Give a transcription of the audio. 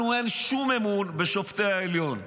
לנו אין שום אמון בשופטי העליון.